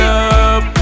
up